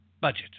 budget